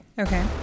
Okay